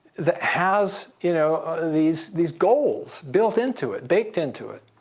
that has you know these these goals built into it, baked into it.